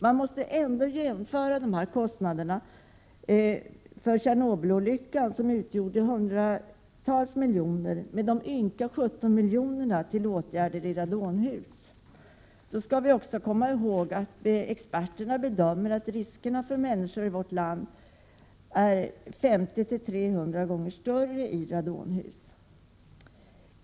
Man måste väl ändå jämföra kostnaderna för Tjernobylolyckan — det rörde sig då om hundratals miljoner — med de ynka 17 miljoner som åtgärder i radonhus kostar. Vidare skall vi komma ihåg att experter gör bedömningen att de människor i vårt land som bor i radonhus utsätts för 50-300 gånger större risker än andra.